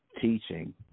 teaching